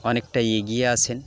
অনেকটা এগিয়ে আছেন